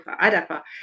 Adapa